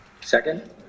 second